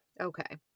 okay